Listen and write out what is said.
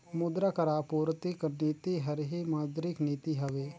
मुद्रा कर आपूरति कर नीति हर ही मौद्रिक नीति हवे